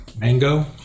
Mango